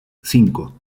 cinco